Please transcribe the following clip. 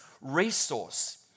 resource